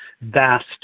vast